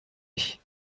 ich